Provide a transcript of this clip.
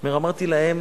הוא אומר: אמרתי להם,